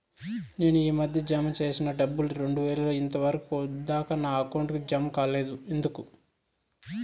నేను ఈ మధ్య జామ సేసిన డబ్బులు రెండు వేలు ఇంతవరకు దాకా నా అకౌంట్ కు జామ కాలేదు ఎందుకు?